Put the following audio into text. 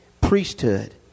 priesthood